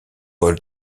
paul